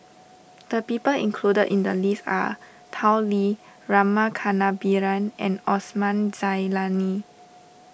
the people included in the list are Tao Li Rama Kannabiran and Osman Zailani